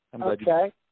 Okay